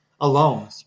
alone